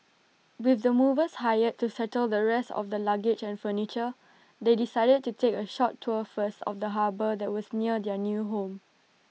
with the movers hired to settle the rest of their luggage and furniture they decided to take A short tour first of the harbour that was near their new home